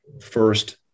first